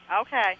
Okay